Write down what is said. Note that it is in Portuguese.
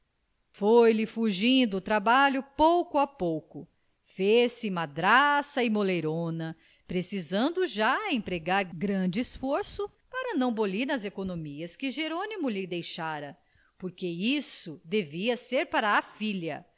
foi-lhe fugindo o trabalho pouco a pouco fez-se madraça e moleirona precisando já empregar grande esforço para não bulir nas economias que jerônimo lhe deixara porque isso devia ser para a filha